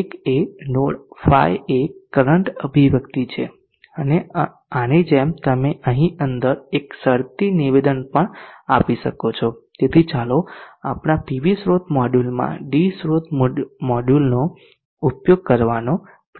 1 એ નોડ ϕ એ કરંટ અભિવ્યક્તિ છે અને આની જેમ તમે અહીં અંદર એક શરતી નિવેદન પણ આપી શકો છો તેથી ચાલો આપણા પીવી સ્રોત મોડ્યુલમાં d સ્રોત મોડ્યુલનો ઉપયોગ કરવાનો પ્રયાસ કરીએ